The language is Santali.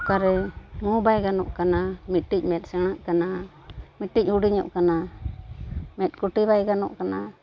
ᱚᱠᱟᱨᱮ ᱢᱩᱸ ᱵᱟᱭ ᱜᱟᱞᱚᱜ ᱠᱟᱱᱟ ᱢᱤᱫᱴᱤᱡ ᱢᱮᱫ ᱥᱮᱬᱟᱜ ᱠᱟᱱᱟ ᱢᱤᱫᱴᱤᱡ ᱦᱩᱰᱤᱧᱚᱜ ᱠᱟᱱᱟ ᱢᱮᱫ ᱠᱩᱴᱤ ᱵᱟᱭ ᱜᱟᱱᱚᱜ ᱠᱟᱱᱟ